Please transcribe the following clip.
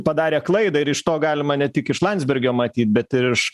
padarę klaidą ir iš to galima ne tik iš landsbergio matyt bet ir iš